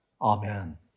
Amen